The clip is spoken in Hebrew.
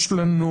יש לנו